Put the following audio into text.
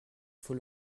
faut